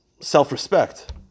self-respect